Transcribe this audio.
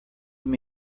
give